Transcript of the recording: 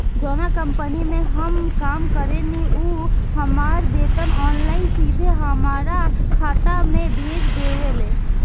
जावना कंपनी में हम काम करेनी उ हमार वेतन ऑनलाइन सीधे हमरा खाता में भेज देवेले